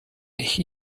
ich